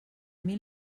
mil